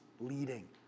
leading